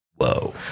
Whoa